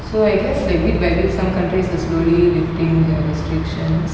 so I guess like bit by bit some countries are slowly lifting their restrictions